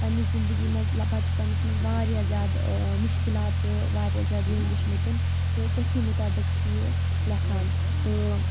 پَنہِ زِنٛدگِی منٛز بَچپنَس منٛز واریاہ زِیادٕ ٲں مُشکلات واریاہ زِیادٕ یِم وُچھمٕتؠن تہٕ تٔتِھی مِطٲبِق چھُ یہِ لِؠکھان تہٕ